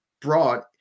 broad